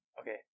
Okay